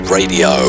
Radio